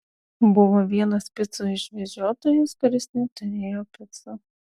buvo vienas picų išvežiotojas kuris neturėjo picų